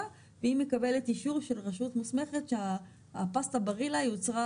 והיא מקבלת אישור של רשות מוסמכת שהפסטה ברילה יוצרה